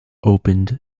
opened